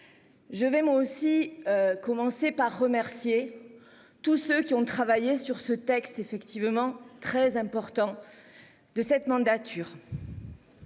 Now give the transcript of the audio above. Je vais moi aussi. Commencé par remercier. Tous ceux qui ont travaillé sur ce texte effectivement très important. De cette mandature.